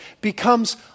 becomes